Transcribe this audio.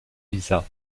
lisa